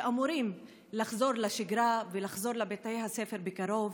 שאמורים לחזור לשגרה ולחזור לבתי הספר בקרוב,